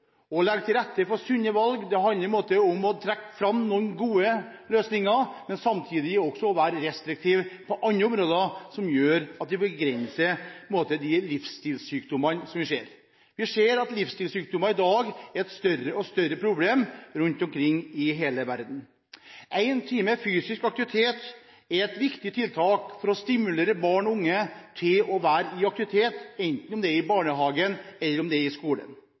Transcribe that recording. Å legge til rette for sunne valg handler om å trekke fram noen gode løsninger, samtidig som man er veldig restriktiv på andre områder. Dette vil gjøre at man begrenser de livsstilssykdommene vi ser. Vi ser at livsstilsykdommer blir et større og større problem rundt omkring i hele verden. En time fysisk aktivitet er et viktig tiltak for å stimulere barn og unge til å være i aktivitet, enten det er i barnehagen eller om det er på skolen.